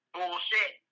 Bullshit